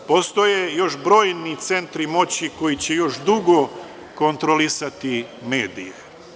Postoje još brojni centri moći koji će još dugo kontrolisati medije.